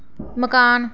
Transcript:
मकान